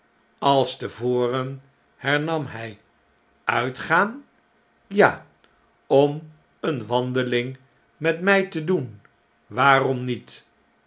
als te voren hernam hy uitgaan negen dagen ja om eene wandeling met my te doen waarom niet